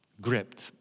gripped